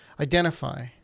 identify